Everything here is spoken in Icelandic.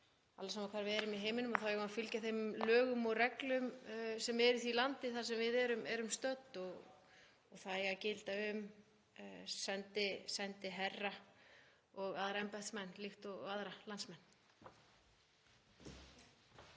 alveg sama hvar við erum í heiminum þá eigum við að fylgja þeim lögum og reglum sem eru í því landi þar sem við erum stödd og að það eigi að gilda um sendiherra og aðra embættismenn líkt og aðra landsmenn.